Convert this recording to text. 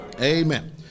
Amen